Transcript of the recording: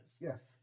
Yes